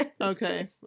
Okay